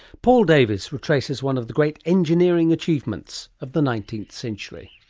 paul davies retraces one of the great engineering achievements of the nineteenth century.